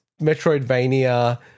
Metroidvania